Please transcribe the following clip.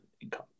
income